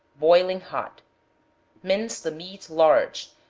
boiling hot mince the meat large,